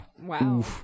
Wow